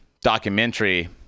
documentary